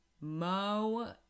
Mo